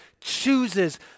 chooses